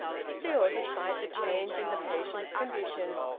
still, despite the change in the patient's condition,